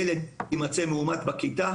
ילד שיימצא מאומת בכיתה,